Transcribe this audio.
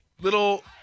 little